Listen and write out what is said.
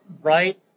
right